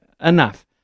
enough